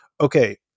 okay